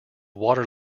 water